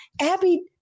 Abby